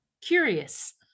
curious